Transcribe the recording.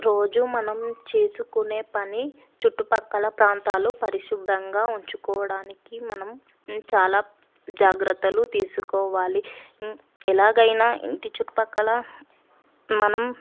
రోజూ మనం చేసుకునే పని చుట్టుపక్కల ప్రాంతాలు పరిశుభ్రంగా ఉంచుకోవడానికి మనం చాలా జాగ్రత్తలు తీసుకోవాలి ఎలాగైనా ఇంటి చుట్టుపక్కల మనం